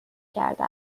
کرده